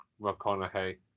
McConaughey